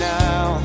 now